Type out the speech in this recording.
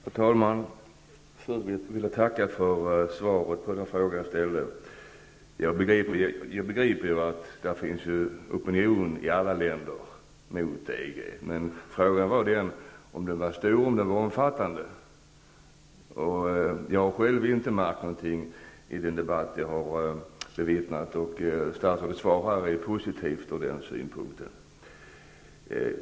Herr talman! Jag vill tacka för svaret på den fråga jag ställde. Jag begriper att det i alla länder finns en opinion mot EG, men frågan var om den var stor och omfattande. Jag har själv inte märkt något i den debatt jag har bevittnat, och statsrådets svar är positivt ur den synpunkten.